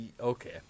Okay